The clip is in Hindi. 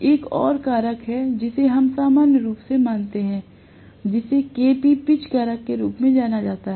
एक और कारक है जिसे हम सामान्य रूप से मानते हैं जिसे Kp पिच कारक के रूप में जाना जाता है